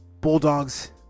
Bulldogs